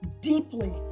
deeply